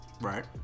Right